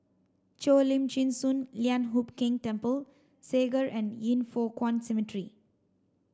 Cheo Lim Chin Sun Lian Hup Keng Temple Segar and Yin Foh Kuan Cemetery